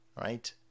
right